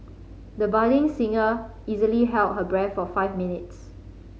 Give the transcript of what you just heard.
the budding singer easily held her breath for five minutes